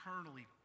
eternally